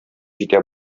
җитә